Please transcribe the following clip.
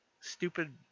stupid